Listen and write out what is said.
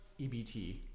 EBT